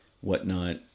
Whatnot